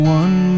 one